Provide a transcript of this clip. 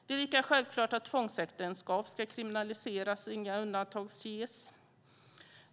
Det är självklart att tvångsäktenskap ska kriminaliseras, inga undantag ska göras.